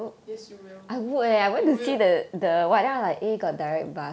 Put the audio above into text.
yes you will you will